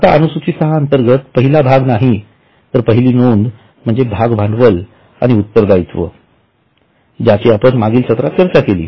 आता अनुसूची सहा अंतर्गत पहिला भाग नाही तर पहिली नोंद म्हणजे भाग भांडवल आणि उत्तरदायित्व ज्याची आपण मागील सत्रात चर्चा केली